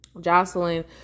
Jocelyn